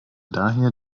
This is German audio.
daher